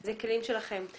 אלה כלים שלכם.